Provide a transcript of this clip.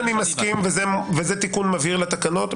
אני מסכים, וזה תיקון מבהיר לתקנות.